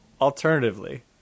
alternatively